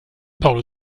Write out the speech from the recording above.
parle